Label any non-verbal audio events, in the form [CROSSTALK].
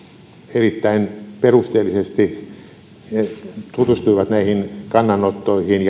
erittäin perusteellisesti tutustuivat näihin kannanottoihin [UNINTELLIGIBLE]